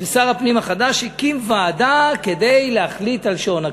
ושר הפנים החדש הקים ועדה כדי להחליט על שעון הקיץ.